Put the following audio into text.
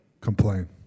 complain